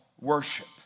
Worship